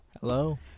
Hello